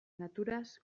naturaz